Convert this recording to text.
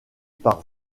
par